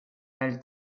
nel